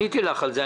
עניתי לך על זה.